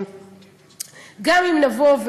גם אם נבוא,